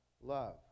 love